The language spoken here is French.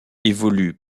évolue